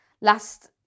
last